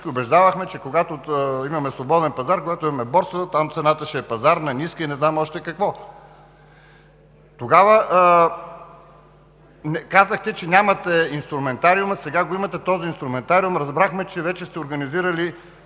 убеждавахме, че когато имаме свободен пазар, когато имаме борса, там цената ще е пазарна, ниска и не знам още какво. Тогава казахте, че нямате инструментариум. Сега имате този инструментариум и разбрахме, че вече сте организирали